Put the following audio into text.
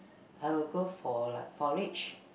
I will go for like porridge